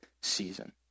season